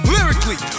Lyrically